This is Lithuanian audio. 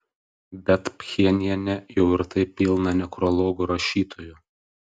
bet pchenjane jau ir taip pilna nekrologų rašytojų